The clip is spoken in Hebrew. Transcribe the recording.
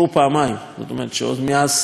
זאת אומרת מאז תקופתך,